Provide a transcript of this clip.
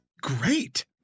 great